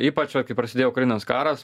ypač va kai prasidėjo ukrainos karas